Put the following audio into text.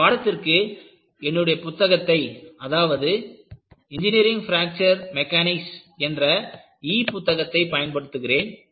இந்த பாடத்திற்கு என்னுடைய புத்தகத்தை அதாவது இன்ஜினியரிங் பிராக்சர் மெக்கானிக்ஸ் என்ற e புத்தகத்தை பயன்படுத்துகிறேன்